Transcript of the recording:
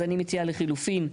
אז אני מציעה לחילופין,